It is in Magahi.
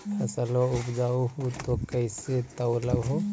फसलबा उपजाऊ हू तो कैसे तौउलब हो?